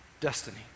destiny